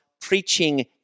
preaching